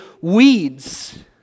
weeds